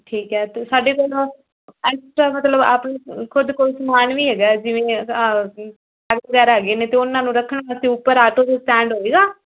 ਠੀਕ ਹੈ ਅਤੇ ਸਾਡੇ ਕੋਲੋਂ ਮਤਲਬ ਆਪ ਖੁਦ ਕੋਲ ਸਮਾਨ ਵੀ ਹੈਗਾ ਜਿਵੇਂ ਵਗੈਰਾ ਹੈਗੇ ਨੇ ਅਤੇ ਉਹਨਾਂ ਨੂੰ ਰੱਖਣਾ ਅਤੇ ਉੱਪਰ ਆਟੋ ਦੇ ਸਟੈਂਡ ਹੋਵੇਗਾ